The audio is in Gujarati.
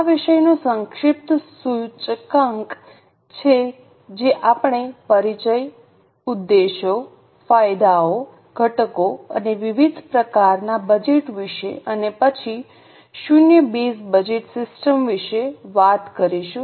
આ વિષયનું સંક્ષિપ્ત સૂચકાંક છે જે આપણે પરિચય ઉદ્દેશો ફાયદાઓ ઘટકો અને વિવિધ પ્રકારનાં બજેટ વિશે અને પછી શૂન્ય બેઝ બજેટ સિસ્ટમ વિશે વાત કરીશું